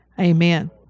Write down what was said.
Amen